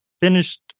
finished